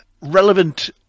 relevant